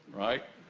right?